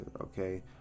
Okay